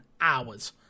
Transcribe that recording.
hours